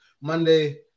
Monday